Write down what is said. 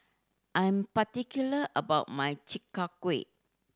I'm particular about my Chi Kak Kuih